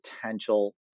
potential